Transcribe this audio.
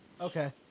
Okay